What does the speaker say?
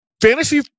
Fantasy